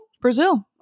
Brazil